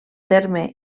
terme